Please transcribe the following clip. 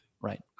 Right